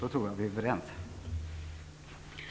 Det tror jag att vi kan vara överens om.